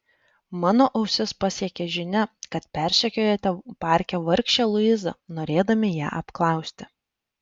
mano ausis pasiekė žinia kad persekiojote parke vargšę luizą norėdami ją apklausti